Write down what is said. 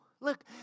Look